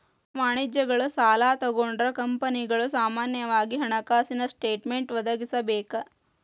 ವಾಣಿಜ್ಯ ಸಾಲಾ ತಗೊಂಡ್ರ ಕಂಪನಿಗಳು ಸಾಮಾನ್ಯವಾಗಿ ಹಣಕಾಸಿನ ಸ್ಟೇಟ್ಮೆನ್ಟ್ ಒದಗಿಸಬೇಕ